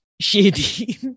shady